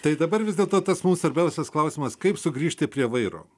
tai dabar vis dėl to tas mum svarbiausias klausimas kaip sugrįžti prie vairo